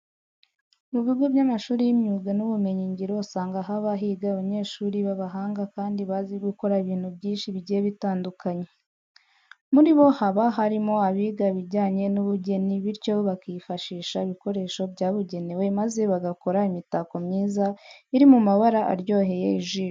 Mu bigo by'amashuri y'imyuga n'ubumenyingiro usanga haba higa abanyeshuri b'abahanga kandi bazi gukora ibintu byinshi bigiye bitandukanye. Muri bo haba harimo abiga ibijyanye n'ubugeni bityo bakifashisha ibikoresho byabugenewe maze bagakora imitako myiza iri mu mabara aryoheye ijisho.